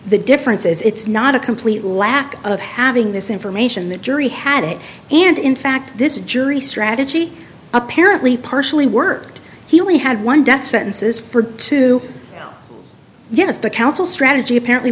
the difference is it's not a complete lack of having this information the jury had it and in fact this jury strategy apparently partially worked he only had one death sentences for two yes the counsel strategy apparently